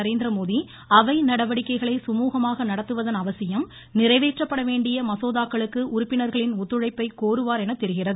நரேந்திர மோடி அவை நடவடிக்கைகளை சுமூகமாக நடத்துவதன் அவசியம் நிறைவேற்றப்பட வேண்டிய மசோதாக்களுக்கு உறுப்பினர்களின் ஒத்துழைப்பை கோருவார் எனத் தெரிகிறது